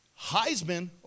Heisman